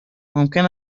ممکن